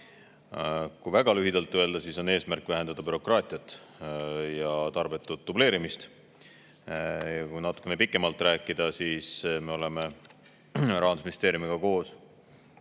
Kui väga lühidalt öelda, siis on eelnõu eesmärk vähendada bürokraatiat ja tarbetut dubleerimist. Kui natukene pikemalt rääkida, siis me oleme Rahandusministeeriumiga koos